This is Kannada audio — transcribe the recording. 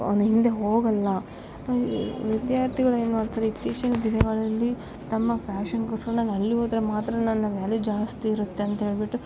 ಅವ್ನ ಹಿಂದೆ ಹೋಗೋಲ್ಲ ವಿದ್ಯಾರ್ಥಿಗಳ್ ಏನುಮಾಡ್ತಾರೆ ಇತ್ತೀಚಿನ ದಿನಗಳಲ್ಲಿ ತಮ್ಮ ಫ್ಯಾಷನ್ಗೋಸ್ಕರ ನಾನು ಅಲ್ಲಿ ಹೋದರೆ ಮಾತ್ರ ನನ್ನ ವ್ಯಾಲು ಜಾಸ್ತಿ ಇರುತ್ತೆ ಅಂತ ಹೇಳಿಬಿಟ್ಟು